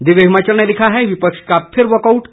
दिव्य हिमाचल ने लिखा है विपक्ष का फिर वाकआउट